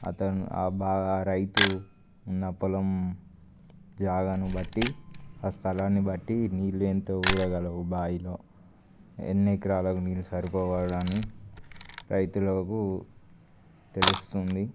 అతను ఆ బాగా ఆ రైతు ఉన్న పొలం జాగను బట్టి ఆ స్థలాన్ని బట్టి నీళ్ళెంతో ఊర గలవు బాయిలో ఎన్ని ఎకరాల నీరు సరిపోవడాన్ని రైతులకు తెలుస్తుంది